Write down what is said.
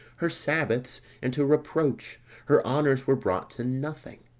her sabbaths into reproach, her honours were brought to nothing.